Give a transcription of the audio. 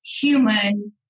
human